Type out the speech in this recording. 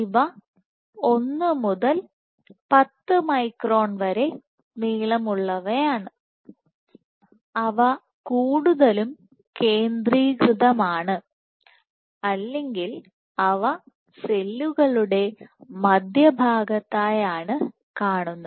ഇവ 1 മുതൽ 10 മൈക്രോൺ വരെ നീളമുള്ളവയാണ് അവ കൂടുതൽ കേന്ദ്രീകൃതമാണ് അല്ലെങ്കിൽ അവ സെല്ലുകളുടെ മധ്യ ഭാഗത്തായാണ് കാണുന്നത്